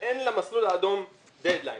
ולמסלול האדום אין דד-ליין.